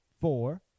four